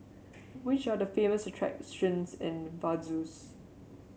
which are the famous attractions in Vaduz